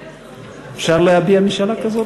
אפשר להביע משאלה כזאת?